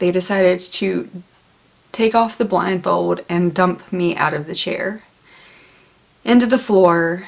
they decided to take off the blindfold and dump me out of the chair into the floor